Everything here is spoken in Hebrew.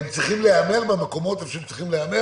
הם צריכים להיאמר איפה שהם צריכים להיאמר,